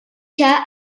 cas